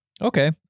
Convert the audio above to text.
Okay